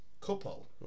couple